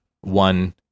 one